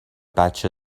بچه